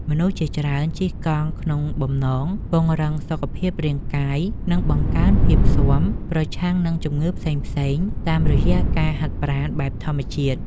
មនុស្សជាច្រើនជិះកង់ក្នុងបំណងពង្រឹងសុខភាពរាងកាយ និងបង្កើនភាពស៊ាំប្រឆាំងនឹងជំងឺផ្សេងៗតាមរយៈការហាត់ប្រាណបែបធម្មជាតិ។